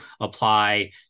apply